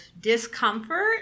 discomfort